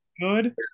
good